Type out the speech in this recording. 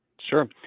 Sure